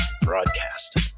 broadcast